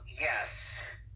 yes